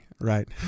right